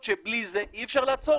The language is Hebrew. אני עושה את זה.